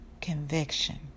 conviction